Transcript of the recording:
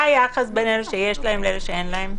מה היחס בין אלה שיש להם לאלה שאין להם?